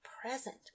present